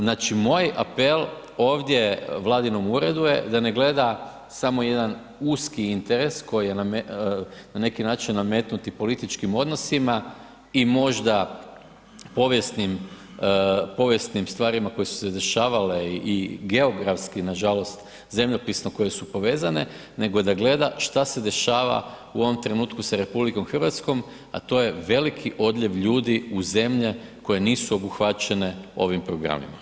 Znači, moj apel ovdje vladinom uredu je da ne gleda samo jedan uski interes koji je na neki način nametnut i političkim odnosima i možda povijesnim, povijesnim stvarima koje su se dešavale i geografski nažalost zemljopisno koje su povezane, nego da gleda šta se dešava u ovom trenutku sa RH, a to je veliki odljev ljudi u zemlje koje nisu obuhvaćene ovim programima.